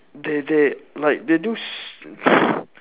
they they like they do s~